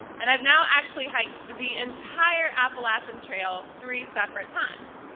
and i have now actually hiked the entire appalachian trail three separate times.